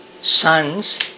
sons